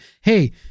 Hey